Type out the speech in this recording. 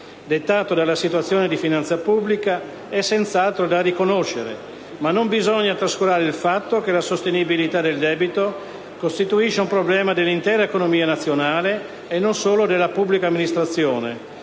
dettato dalla situazione di finanza pubblica è senz'altro da riconoscere. Non bisogna tuttavia trascurare il fatto che la sostenibilità del debito costituisce un problema dell'intera economia nazionale e non solo della pubblica amministrazione,